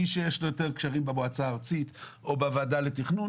מי שיש לו יותר קשרים במועצה הארצית או בוועדה לתכנון